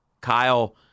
Kyle